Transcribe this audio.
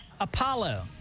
Apollo